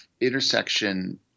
intersection